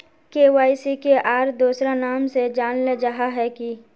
KYC के आर दोसरा नाम से जानले जाहा है की?